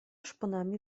szponami